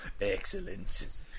Excellent